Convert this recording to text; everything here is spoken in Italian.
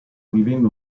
vivendo